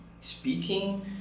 speaking